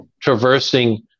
traversing